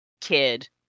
kid